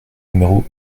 numéro